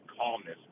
calmness